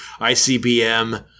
ICBM